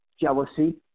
jealousy